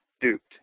duped